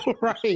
Right